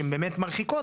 שהן באמת מרחיקות,